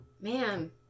Man